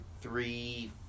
three